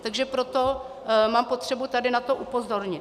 Takže proto mám potřebu tady na to upozornit.